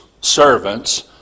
servants